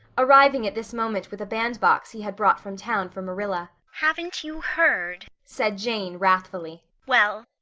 arriving at this moment with a bandbox he had brought from town for marilla. haven't you heard? said jane wrathfully. well,